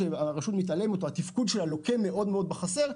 כשהרשות מתעלמת או שהתפקוד שלה לוקה מאוד מאוד בחסר,